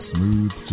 Smooth